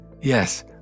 yes